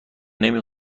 نمی